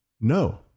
no